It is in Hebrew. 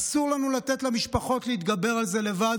אסור לנו לתת למשפחות להתגבר על זה לבד.